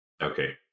Okay